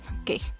okay